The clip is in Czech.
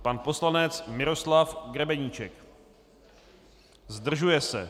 Pan poslanec Miroslav Grebeníček: Zdržuje se.